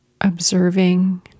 observing